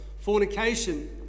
Fornication